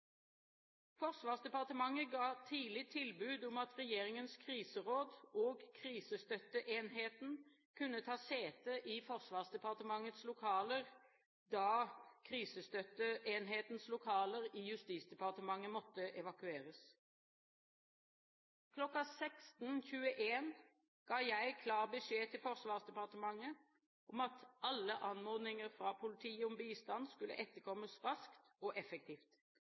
Forsvarsdepartementet ga tidlig tilbud om at Regjeringens kriseråd og Krisestøtteenheten kunne ta sete i Forsvarsdepartementets lokaler da Krisestøtteenhetens lokaler i Justisdepartementet måtte evakueres. Klokken 16.21 ga jeg klar beskjed til Forsvarsdepartementet om at alle anmodninger fra politiet om bistand skulle etterkommes raskt og effektivt.